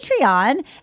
Patreon